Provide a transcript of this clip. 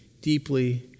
deeply